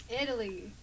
Italy